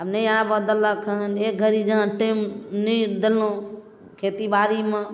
आब नहि आबऽ देलक हन एक घड़ी जहन टाइम नहि देलहुँ खेती बाड़ीमे